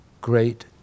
great